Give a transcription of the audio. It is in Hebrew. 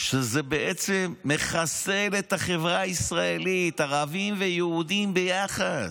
שזה מחסל את החברה הישראלית, ערבים ויהודים ביחד.